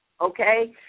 okay